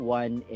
one